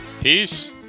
Peace